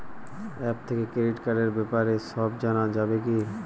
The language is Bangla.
অ্যাপ থেকে ক্রেডিট কার্ডর ব্যাপারে সব জানা যাবে কি?